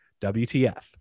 WTF